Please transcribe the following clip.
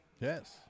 Yes